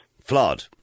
Flawed